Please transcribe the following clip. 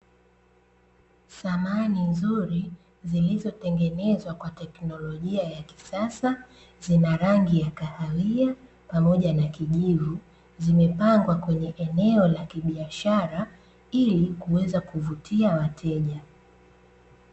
Samani nzuri zilizotengenezwa kwa tekinolojia ya kisasa, zina rangi ya kahawia pamoja na kijivu, zimepangwa kwenye eneo la biashara ili kuweza kuvutia wateja.